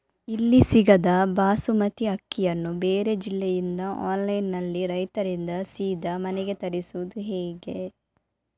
ಇಲ್ಲಿ ಸಿಗದ ಬಾಸುಮತಿ ಅಕ್ಕಿಯನ್ನು ಬೇರೆ ಜಿಲ್ಲೆ ಇಂದ ಆನ್ಲೈನ್ನಲ್ಲಿ ರೈತರಿಂದ ಸೀದಾ ಮನೆಗೆ ತರಿಸುವುದು ಹೇಗೆ?